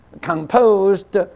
composed